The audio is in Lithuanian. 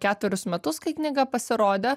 keturis metus kai knyga pasirodė